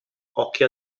occhi